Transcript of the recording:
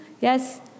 yes